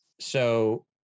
So-